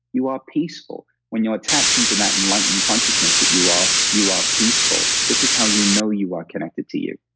you are peaceful. when you're tapped into that enlightened consciousness that you are, you are peaceful. this is how you know you are connected to you.